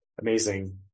Amazing